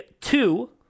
two